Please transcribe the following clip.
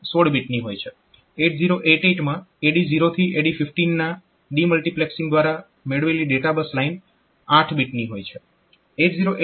8088 માં AD0 થી AD15 ના ડીમલ્ટીપ્લેક્સિંગ દ્વારા મેળવેલી ડેટા બસ લાઇન 8 બીટની હોય છે